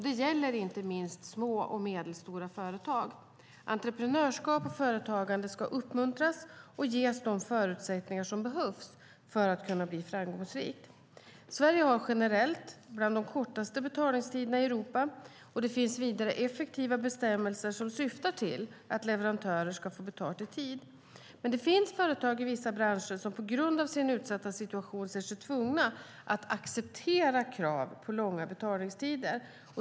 Det gäller inte minst små och medelstora företag. Entreprenörskap och företagande ska uppmuntras och ges de förutsättningar som behövs för att kunna bli framgångsrikt. Sverige har generellt bland de kortaste betalningstiderna i Europa. Det finns vidare effektiva bestämmelser som syftar till att leverantörer ska få betalt i tid. Det finns dock företag i vissa branscher som på grund av sin utsatta situation ser sig tvungna att acceptera krav på långa betalningstider.